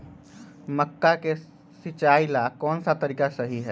मक्का के सिचाई ला कौन सा तरीका सही है?